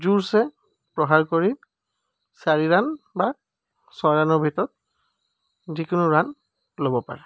জোৰছে প্ৰহাৰ কৰি চাৰি ৰাণ বা ছয় ৰাণৰ ভিতৰত যিকোনো ৰাণ ল'ব পাৰে